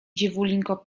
dziewulinko